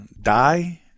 die